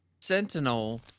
Sentinel